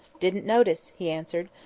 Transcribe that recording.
didn't notice, he answered.